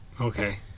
Okay